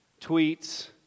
tweets